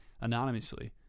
anonymously